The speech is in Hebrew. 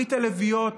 ברית הלביאות,